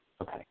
Okay